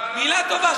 מילה טובה.